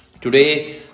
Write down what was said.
Today